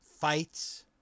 fights